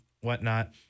whatnot